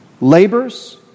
labors